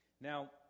Now